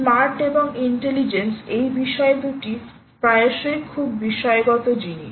smart এবং intelligence এই বিষয়ে দুটি প্রায়শই খুব বিষয়গত জিনিস